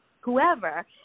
whoever